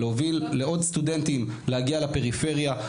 להוביל לעוד סטודנטים להגיע לפריפריה,